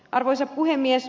arvoisa puhemies